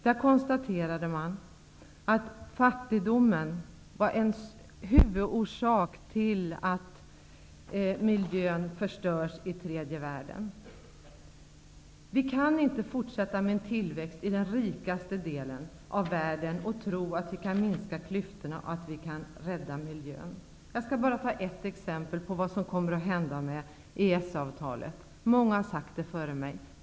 Där konstaterade man att fattigdomen är huvudorsaken till att miljön i tredje världen förstörs. Vi kan inte fortsätta med tillväxt i den rikaste delen och samtidigt tro att vi kan minska klyftorna och rädda miljön. Jag skall bara ta ett exempel på vad som kommer att hända i och med EES-avtalet, även om många redan har berört det.